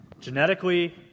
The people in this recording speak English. Genetically